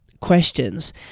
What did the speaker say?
questions